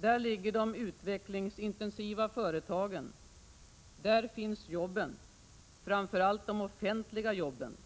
Där ligger de utvecklingsintensiva företagen. Där finns jobben, framför allt de offentliga jobben.